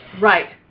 Right